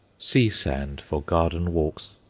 sea-sand for garden walks,